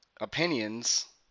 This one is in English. opinions